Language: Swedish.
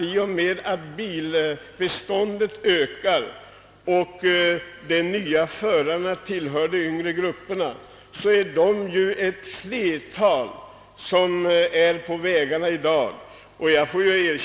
I och med att bilbeståndet ökar och de nya förarna tillhör de yngre grupperna blir de ju i flertal på vägarna i dag.